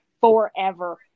forever